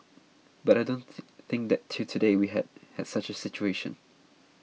but I don't think that till today we have had such a situation